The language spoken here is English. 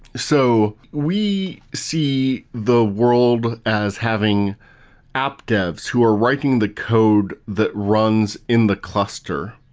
so we see the world as having app devs who are writing the code that runs in the cluster,